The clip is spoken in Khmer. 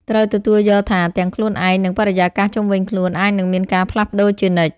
ត្រូវទទួលយកថាទាំងខ្លួនឯង និងបរិយាកាសជុំវិញខ្លួនអាចនឹងមានការផ្លាស់ប្តូរជានិច្ច។